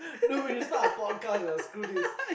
no it's not a podcast ah screw this